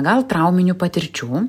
gal trauminių patirčių